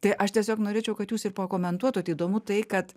tai aš tiesiog norėčiau kad jūs ir pakomentuotut įdomu tai kad